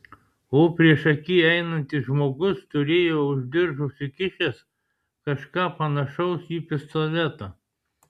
o priešaky einantis žmogus turėjo už diržo užsikišęs kažką panašaus į pistoletą